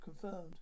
confirmed